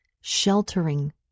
sheltering